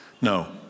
No